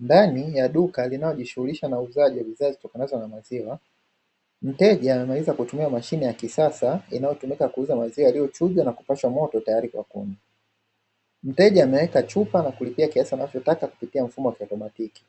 Ndani ya duka linalojishughulisha na uuizaji wa bidhaa zitokanazo na maziwa Mteja anaweza kutumia mashine ya kisasa inayotumika kuuza maziwa yaliyo chujwa na kupashwa moto tayari kwa kunywa Mteja ameweka chupa na kulipia kiasi anachotaka kupitia mfumo wa kiotomatiki